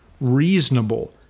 reasonable